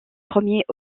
premiers